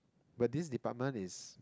but this department is